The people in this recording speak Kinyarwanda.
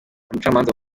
umucamanza